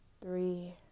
Three